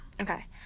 Okay